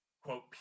quote